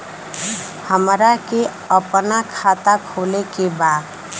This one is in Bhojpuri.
हमरा के अपना खाता खोले के बा?